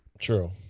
True